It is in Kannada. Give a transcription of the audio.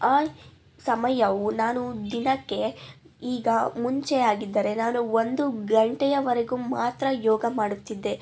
ಆ ಸಮಯವು ನಾನು ದಿನಕ್ಕೆ ಈಗ ಮುಂಚೆ ಆಗಿದ್ದರೆ ನಾನು ಒಂದು ಗಂಟೆಯವರೆಗೂ ಮಾತ್ರ ಯೋಗ ಮಾಡುತ್ತಿದ್ದೆ